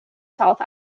south